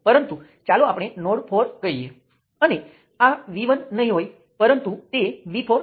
હું તેને તેવી રીતે દોરી શકું તેથી આ પણ એક પ્લેનર સર્કિટ